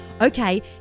okay